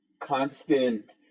constant